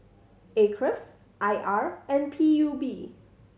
Acres I R and P U B